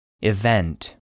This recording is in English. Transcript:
Event